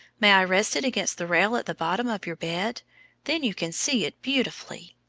may i rest it against the rail at the bottom of your bed then you can see it beautifully.